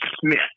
Smith